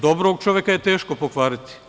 Dobrog čoveka je teško pokvariti.